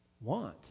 want